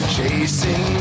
Chasing